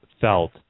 felt